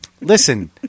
Listen